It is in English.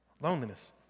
Loneliness